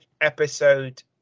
episode